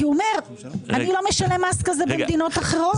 הוא אומר שאני לא משלם מס כזה במדינות אחרות.